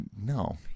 No